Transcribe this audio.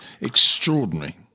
Extraordinary